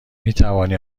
میتوانی